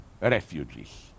refugees